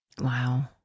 Wow